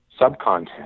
subcontent